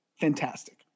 fantastic